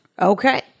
Okay